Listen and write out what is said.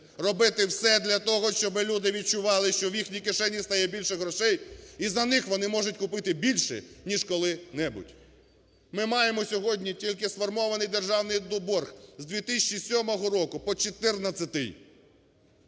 Робити все для того, щоби люди відчували, що в їхній кишені стає більше грошей і за них, вони можуть купити більше, ніж коли-небудь. Ми маємо сьогодні тільки сформований державний борг, з 2007 року по 2014-й.